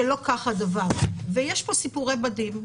שלא כך הדבר" ויש פה סיפורי בדים.